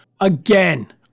again